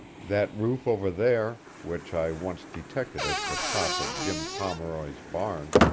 that roof over there, which i once detected as the top of jim pomeroy's barn,